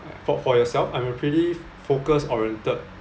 for for yourself I'm a pretty focus oriented